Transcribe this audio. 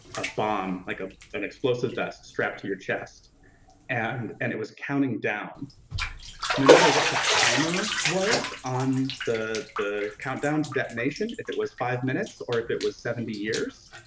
ah bomb like ah an explosive vest strapped to your chest and and it was counting down no matter what the timer was on the the countdown to detonation, if it was five minutes or if it was seventy years